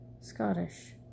scottish